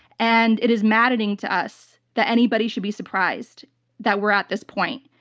and it is maddening to us that anybody should be surprised that we're at this point.